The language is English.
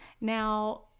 Now